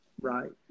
Right